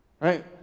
right